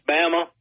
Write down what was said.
Bama